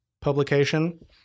publication